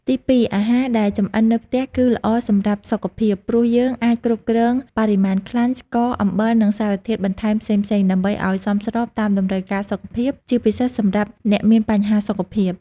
ទីពីរ អាហារដែលចម្អិននៅផ្ទះគឺ ល្អសម្រាប់សុខភាព ព្រោះយើងអាចគ្រប់គ្រងបរិមាណខ្លាញ់ ស្ករ អំបិល និងសារធាតុបន្ថែមផ្សេងៗ ដើម្បីឱ្យសមស្របតាមតម្រូវការសុខភាព ជាពិសេសសម្រាប់អ្នកមានបញ្ហាសុខភាព។